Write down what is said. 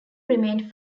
remained